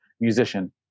musician